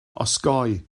osgoi